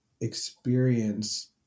experience